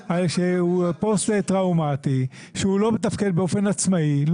נכה שהוא פוסט טראומטי שהוא לא מתפקד באופן עצמאי.